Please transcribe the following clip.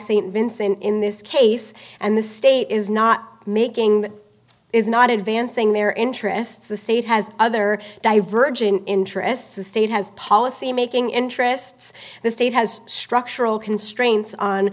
st vincent in this case and the state is not making that is not advancing their interests the state has other divergent interests the state has policymaking interests the state has structural constraints on